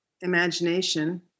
imagination